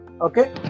Okay